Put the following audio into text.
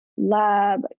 lab